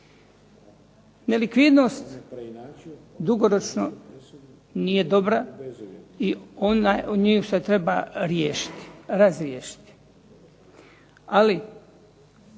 Nelikvidnost dugoročno nije dobra i nju se treba riješiti,